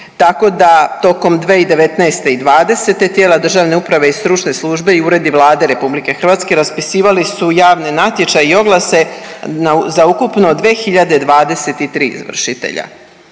Tako da tokom 2019. i 2020. tijela državne uprave i stručne službe i uredi Vlade RH raspisivali su javne natječaje i oglase za ukupno 2.023 izvršitelja.